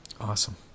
Awesome